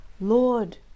Lord